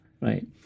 right